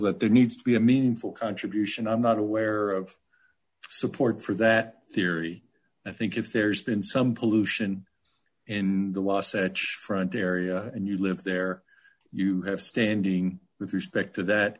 that there needs to be a meaningful contribution i'm not aware of support for that theory i think if there's been some pollution in the wasatch front area and you live there you have standing with respect to that